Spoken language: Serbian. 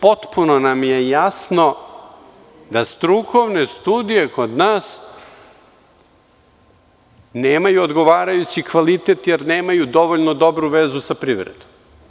Potpuno nam je jasno da strukovne studije kod nas nemaju odgovarajući kvalitet jer nemaju dovoljno dobru vezu sa privredom.